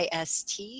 ist